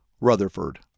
Rutherford